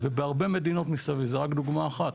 ובהרבה מדינות מסביב, זו רק דוגמה אחת.